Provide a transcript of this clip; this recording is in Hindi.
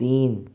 तीन